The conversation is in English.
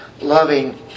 loving